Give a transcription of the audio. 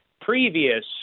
previous